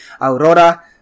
Aurora